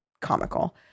comical